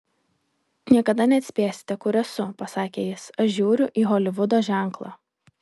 niekada neatspėsite kur esu pasakė jis aš žiūriu į holivudo ženklą